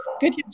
Good